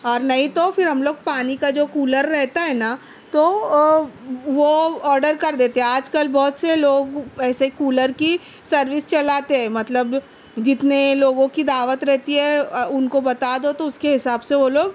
اور نہیں تو پھر ہم لوگ پانی کا جو کولر رہتا ہے نا تو وہ آڈر کر دیتے ہیں آج کل بہت سے لوگ ایسے کولر کی سروس چلاتے ہیں مطلب جتنے لوگوں کی دعوت رہتی ہے اُن کو بتا دو تو اُس کے حساب سے وہ لوگ